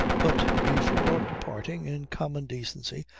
but before departing, in common decency,